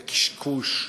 זה קשקוש.